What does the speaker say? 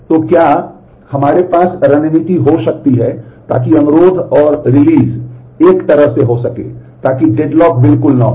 तो क्या हमारे पास रणनीति हो सकती है ताकि अनुरोध और रिलीज़ एक तरह से हो सकें ताकि डेडलॉक बिल्कुल न हो